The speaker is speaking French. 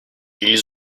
ils